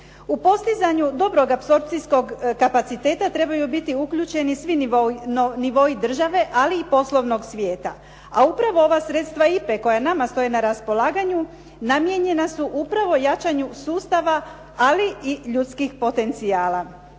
U postizanju dobrog apsorpcijskog kapaciteta trebaju biti uključeni svi nivoi države, ali i poslovnog svijeta. A upravo ova sredstva IPA-e koja nama stoje na raspolaganju namijenjena su upravo jačanju sustava, ali i ljudskih potencijala.